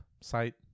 site